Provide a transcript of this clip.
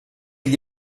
gli